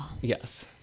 Yes